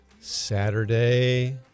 Saturday